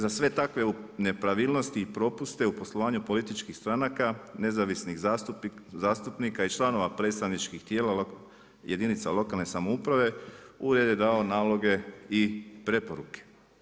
Za sve takve nepravilnosti i propusti u poslovanju političkih stranka, nezavisnih zastupnika i članova predstavničkih tijela jedinica lokalne samouprave, ured je dao naloge i preporuke.